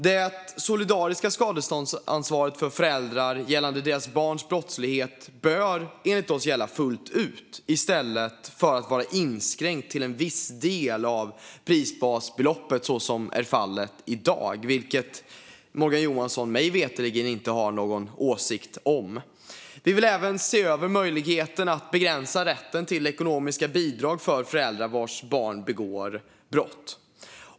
Det solidariska skadeståndsansvaret för föräldrar för deras barns brottslighet bör enligt oss gälla fullt ut i stället för att inskränkas till bara en viss del av prisbasbeloppet, så som fallet är i dag. Mig veterligen har Morgan Johansson ingen åsikt om detta. Vi vill även se över möjligheten att begränsa rätten till ekonomiska bidrag för föräldrar vars barn begår brott.